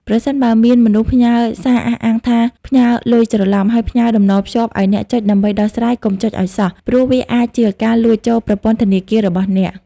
ប្រសិនបើមានមនុស្សផ្ញើសារអះអាងថាផ្ញើលុយច្រឡំ ហើយផ្ញើតំណភ្ជាប់ឱ្យអ្នកចុចដើម្បីដោះស្រាយ កុំចុចឱ្យសោះ ព្រោះវាអាចជាការលួចចូលប្រព័ន្ធធនាគាររបស់អ្នក។